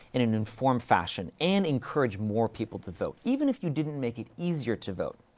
in an informed fashion, and encourage more people to vote. even if you didn't make it easier to vote,